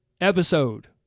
episode